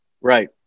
Right